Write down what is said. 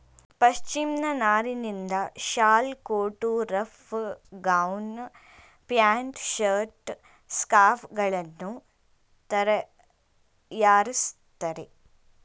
ಪಶ್ಮಿನ ನಾರಿನಿಂದ ಶಾಲು, coat, rug, gown, pant, shirt, scarf ಗಳನ್ನು ತರಯಾರಿಸ್ತರೆ